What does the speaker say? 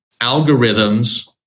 algorithms